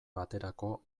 baterako